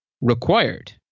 required